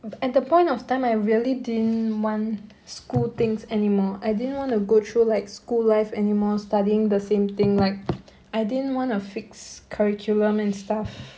at the point of time I really didn't want school things anymore I didn't want to go through like school life anymore studying the same thing like I didn't want a fix curriculum and stuff